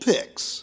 Picks